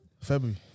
February